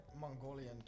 Mongolian